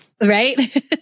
right